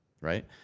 right